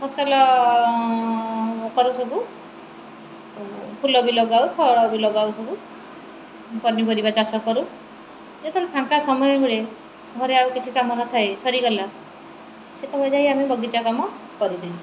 ଫସଲ କରୁ ସବୁ ଫୁଲ ବି ଲଗାଉ ଫଳ ବି ଲଗାଉ ସବୁ ପନିପରିବା ଚାଷ କରୁ ଯେତେବେଳେ ଫାଙ୍କା ସମୟ ମିଳେ ଘରେ ଆଉ କିଛି କାମ ନଥାଏ ସରିଗଲା ସେତେବେଳେ ଯାଇ ଆମେ ବଗିଚା କାମ କରିଦେବୁ